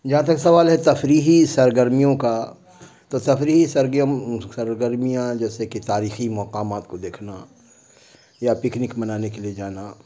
جہاں تک سوال ہے تفریحی سرگرمیوں کا تو تفریحی سر سرگرمیاں جیسے کہ تاریخی مقامات کو دیکھنا یا پکنک منانے کے لیے جانا